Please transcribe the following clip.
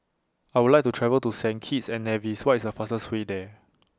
I Would like to travel to Saint Kitts and Nevis What IS The fastest Way There